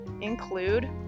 include